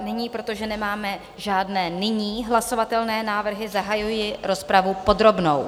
Nyní, protože nemáme žádné nyní hlasovatelné návrhy, zahajuji rozpravu podrobnou.